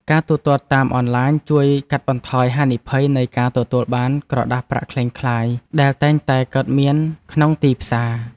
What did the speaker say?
ការទូទាត់តាមអនឡាញជួយកាត់បន្ថយហានិភ័យនៃការទទួលបានក្រដាសប្រាក់ក្លែងក្លាយដែលតែងតែកើតមានក្នុងទីផ្សារ។